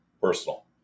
personal